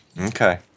Okay